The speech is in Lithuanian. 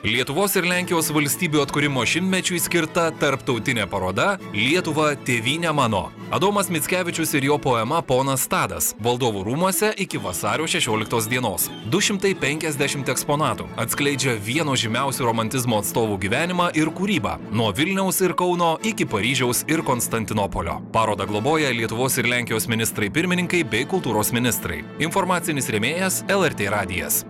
lietuvos ir lenkijos valstybių atkūrimo šimtmečiui skirta tarptautinė paroda lietuva tėvyne mano adomas mickevičius ir jo poema ponas tadas valdovų rūmuose iki vasario šešioliktos dienos du šimtai penkiasdešimt eksponatų atskleidžia vieno žymiausių romantizmo atstovų gyvenimą ir kūrybą nuo vilniaus ir kauno iki paryžiaus ir konstantinopolio parodą globoja lietuvos ir lenkijos ministrai pirmininkai bei kultūros ministrai informacinis rėmėjas lrt radijas